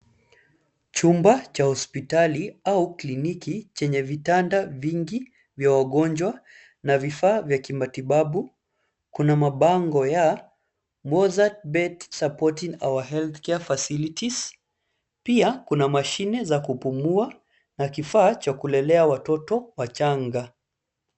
Chumba cha hospitali au kliniki chenye vitanda vingi vya wagonjwa na vifaa vya kimatibabu. Kuna mabango ya mozzartbet supporting our healthcare facilities . Pia, kuna mashine za kupumua na kifaa cha kulelea watoto wachanga.